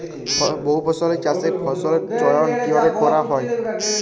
বহুফসলী চাষে ফসলের চয়ন কীভাবে করা হয়?